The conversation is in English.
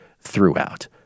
throughout